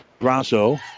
Grasso